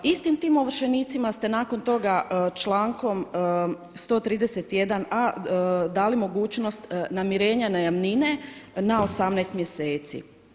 Istim tim ovršenicima ste nakon toga člankom 131a dali mogućnost namirenja najamnine na 18 mjeseci.